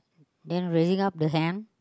then raising up the hand